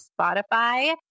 Spotify